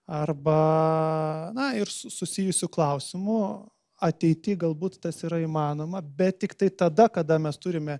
arba na ir susijusių klausimų ateity galbūt tas yra įmanoma bet tiktai tada kada mes turime